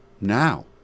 now